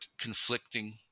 conflicting